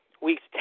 weeks